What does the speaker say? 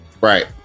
Right